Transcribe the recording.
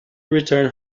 return